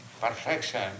perfection